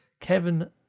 Kevin